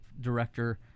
director